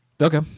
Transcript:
Okay